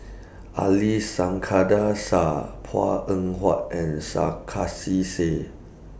Ali Iskandar Shah Png Eng Huat and Sarkasi Said